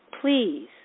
Please